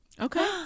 Okay